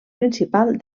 principal